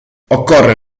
occorre